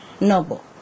noble